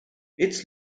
its